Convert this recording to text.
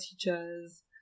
teachers